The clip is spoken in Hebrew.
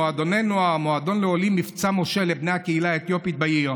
מועדוני נוער ומועדון לעולי מבצע משה לבני הקהילה האתיופית בעיר,